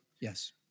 Yes